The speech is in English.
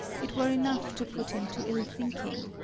it were enough to put him to ill thinking.